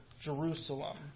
Jerusalem